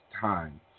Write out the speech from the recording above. time